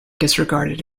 disregarded